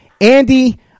Andy